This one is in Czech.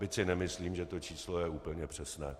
Byť si nemyslím, že to číslo je úplně přesné.